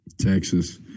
Texas